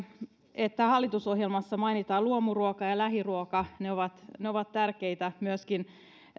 että hallitusohjelmassa mainitaan luomuruoka ja ja lähiruoka ne ovat ne ovat tärkeitä myöskin